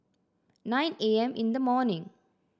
nine A M in the morning